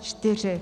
4.